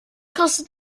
kostet